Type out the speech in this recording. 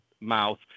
mouth